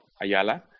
Ayala